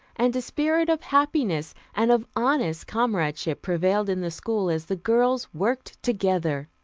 and a spirit of happiness and of honest comradeship prevailed in the school as the girls worked together.